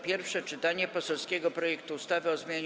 Pierwsze czytanie poselskiego projektu ustawy o zmianie